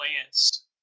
plants